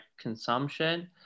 consumption